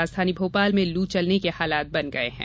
राजधानी भोपाल में लू चलने के हालत बन गये हैं